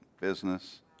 business